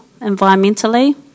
environmentally